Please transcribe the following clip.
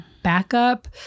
backup